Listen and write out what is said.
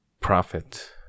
prophet